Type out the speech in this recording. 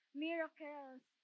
miracles